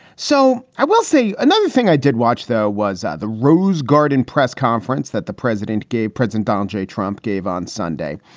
so we'll see. another thing i did watch, though, was the rose garden press conference that the president gave president donald j. trump gave on sunday.